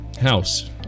House